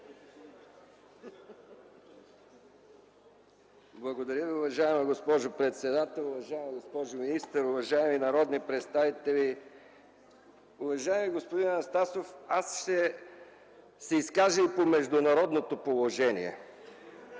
Благодаря Ви, уважаема госпожо председател. Уважаема госпожо министър, уважаеми народни представители! Уважаеми господин Анастасов, аз ще се изкажа и по международното положение